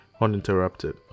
uninterrupted